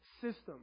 system